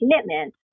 commitment